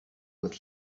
with